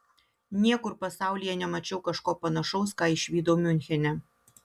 niekur pasaulyje nemačiau kažko panašaus ką išvydau miunchene